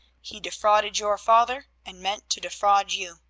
he defrauded your father, and meant to defraud you.